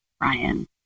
Ryan